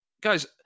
Guys